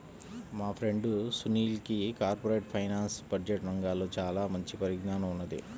మా ఫ్రెండు సునీల్కి corporate finance, budget రంగాల్లో చానా మంచి పరిజ్ఞానం ఉన్నది